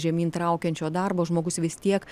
žemyn traukiančio darbo žmogus vis tiek